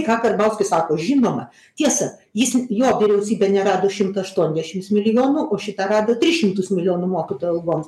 ką karbauskis sako žinoma tiesa jis jo vyriausybė nerado šimto aštuoniasdešims milijonų o šita rado tris šimtus milijonų mokytojų algoms